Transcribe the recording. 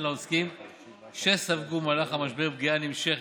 לעוסקים שספגו במהלך המשבר פגיעה נמשכת.